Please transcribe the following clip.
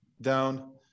down